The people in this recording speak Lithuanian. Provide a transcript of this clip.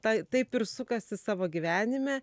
ta taip ir sukasi savo gyvenime